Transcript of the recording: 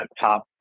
top